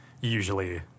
usually